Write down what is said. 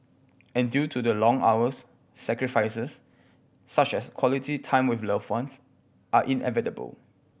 and due to the long hours sacrifices such as quality time with loved ones are inevitable